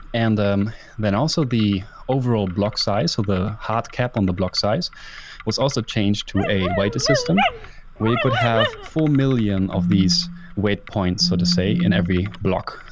and um then also the overall block size of the hard cap on the block size was also changed to a wider system where you could have four million of these weight points, so to say, in every block.